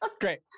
Great